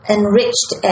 enriched